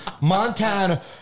Montana